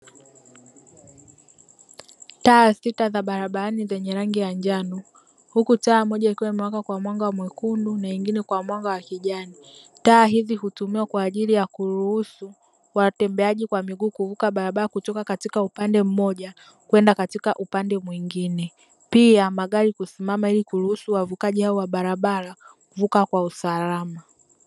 Taa sita za barabarani zenye rangi ya njano huku taa moja ikiwa imewaka kwa mwanga mwekundu na nyingine kwa mwanga wa kijani, taa hizi hutumiwa kwa ajili ya kuruhusu watembeaji kwa miguu kuvuka barabara kutoka katika upande mmoja kwenda katika upande mwingine. Pia magari kusimama ili kuruhusu wavukaji hao wa barabara, kuvuka kwa usalama.